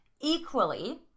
equally